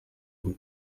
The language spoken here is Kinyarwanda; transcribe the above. bwe